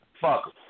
Fuck